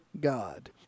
God